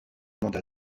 mandat